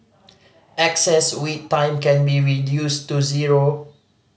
excess wait time can be reduced to zero